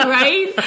right